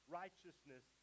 righteousness